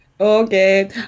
Okay